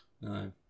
No